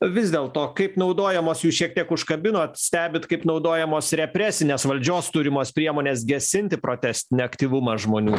vis dėl to kaip naudojamos jūs šiek tiek užkabinot stebit kaip naudojamos represinės valdžios turimos priemonės gesinti protestinė aktyvumą žmonių